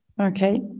okay